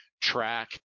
track